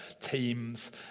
teams